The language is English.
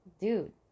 dude